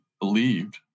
believed